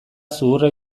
zuhurra